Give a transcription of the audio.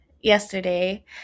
yesterday